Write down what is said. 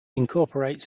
incorporates